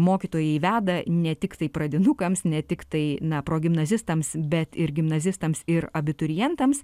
mokytojai veda ne tiktai pradinukams ne tiktai na gimnazistams bet ir gimnazistams ir abiturientams